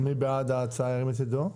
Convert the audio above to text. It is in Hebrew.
מי בעד ההצעה ירים את ידו?